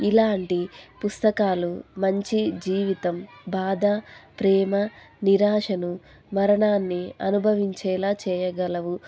ఇలాంటి పుస్తకాలు మంచి జీవితం బాధ ప్రేమ నిరాశను మరణాన్ని అనుభవించేలా చెయ్యగలవు